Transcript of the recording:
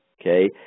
Okay